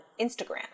Instagram